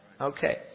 Okay